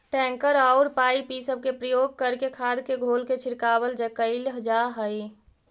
tanker औउर pipe इ सब के प्रयोग करके खाद के घोल के छिड़काव कईल जा हई